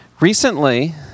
Recently